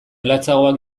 latzagoak